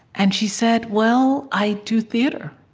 and she said, well, i do theater.